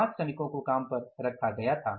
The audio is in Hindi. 5 श्रमिकों को काम पर रखा गया था